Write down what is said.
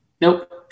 nope